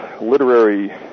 literary